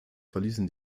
verließen